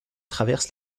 traverse